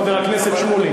חבר הכנסת שמולי?